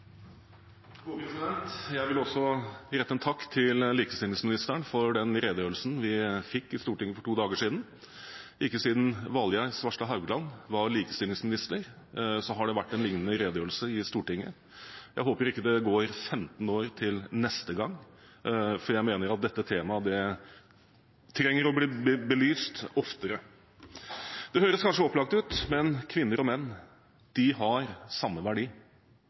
Jeg vil også rette en takk til likestillingsministeren for den redegjørelsen vi fikk i Stortinget for to dager siden. Ikke siden Valgerd Svarstad Haugland var likestillingsminister, har det vært en lignende redegjørelse i Stortinget. Jeg håper ikke det går 15 år til neste gang, for jeg mener at dette temaet trenger å bli belyst oftere. Det høres kanskje opplagt ut, men kvinner og menn har samme verdi,